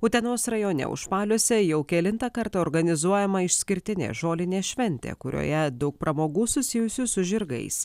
utenos rajone užpaliuose jau kelintą kartą organizuojama išskirtinė žolinės šventė kurioje daug pramogų susijusių su žirgais